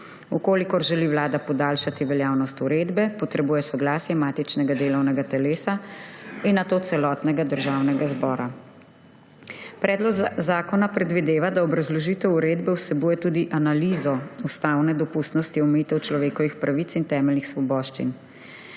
dneh. Če želi Vlada podaljšati veljavnost uredbe, potrebuje soglasje matičnega delovnega telesa in nato celotnega Državnega zbora. Predlog zakona predvideva, da obrazložitev uredbe vsebuje tudi analizo ustavne dopustnosti omejitev človekovih pravic in temeljnih svoboščin.